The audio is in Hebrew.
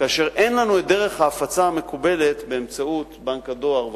כאשר אין לנו דרך ההפצה המקובלת באמצעות בנק הדואר וכדומה,